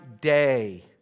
day